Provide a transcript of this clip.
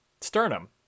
sternum